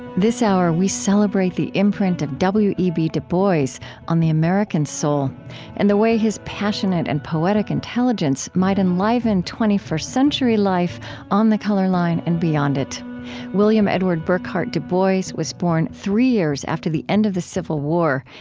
this hour, we celebrate the imprint of w e b. du bois on the american soul and the way his passionate and poetic intelligence might enliven twenty first century life on the color line and beyond it william edward burghardt du bois was born three years after the end of the civil war,